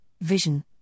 vision